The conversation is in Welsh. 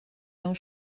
mewn